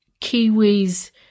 kiwis